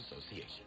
Association